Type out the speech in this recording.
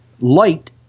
Light